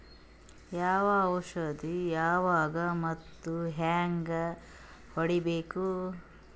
ಯಾವ ಔಷದ ಯಾವಾಗ ಮತ್ ಹ್ಯಾಂಗ್ ಹೊಡಿಬೇಕು?